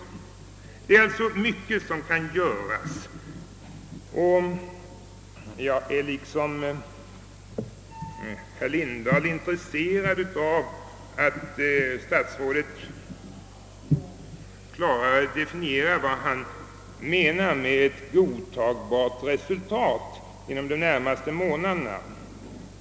Mycket kan alltså göras, och jag är liksom herr Lindahl intresserad av att herr statsrådet klarare definierar vad han menar med »ett godtagbart resultat inom de närmaste månaderna».